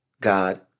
God